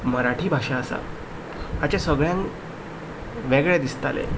मराठी भाशा आसा हाचे सगळ्यांक वेगळें दिसतालें